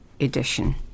edition